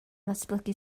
ddatblygu